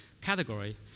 category